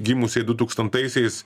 gimusiai dutūkstantaisiais